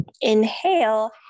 Inhale